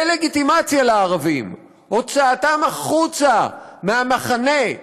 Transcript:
דה-לגיטימציה לערבים, הוצאתם החוצה מהמחנה,